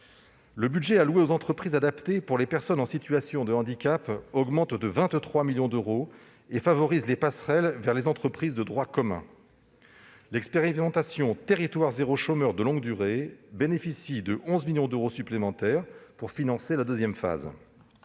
Le budget alloué aux entreprises adaptées pour les personnes en situation de handicap augmente de 23 millions d'euros et favorise les passerelles vers les entreprises de droit commun. L'expérimentation « territoires zéro chômeur de longue durée » bénéficie, quant à elle, de 11 millions d'euros supplémentaires pour le financement de sa deuxième phase.